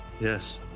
Yes